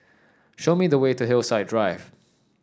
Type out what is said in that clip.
show me the way to Hillside Drive